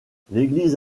l’église